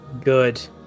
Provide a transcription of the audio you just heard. Good